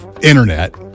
internet